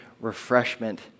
refreshment